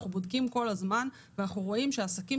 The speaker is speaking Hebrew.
אנחנו בודקים כל הזמן ואנחנו רואים שעסקים